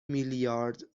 میلیارد